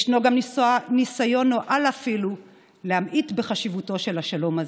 ישנו גם ניסיון נואל אפילו להמעיט בחשיבותו של השלום הזה,